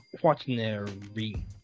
quaternary